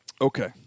Okay